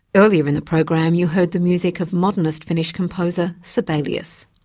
earlier in the program you heard the music of modernist finnish composer sibelius.